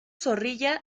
zorrilla